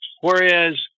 Whereas